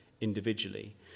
individually